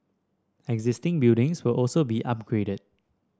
existing buildings will also be upgraded